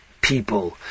people